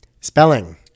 Spelling